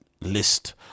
list